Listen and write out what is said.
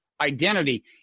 identity